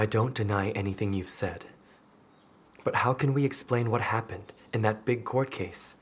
i don't deny anything you've said but how can we explain what happened in that big court case